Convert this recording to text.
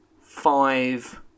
five